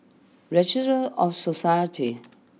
Registry of Societies